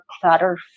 clutter